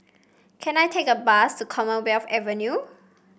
can I take a bus to Commonwealth Avenue